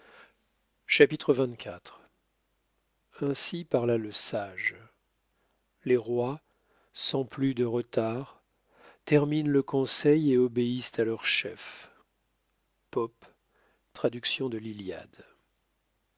chapitre xxiv ainsi parla le sage les rois sans plus de retard terminent le conseil et obéissent à leur chef pope traduction de l'iliade